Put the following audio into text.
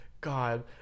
God